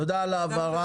תודה על ההבהרה.